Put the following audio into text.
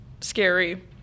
Scary